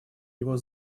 его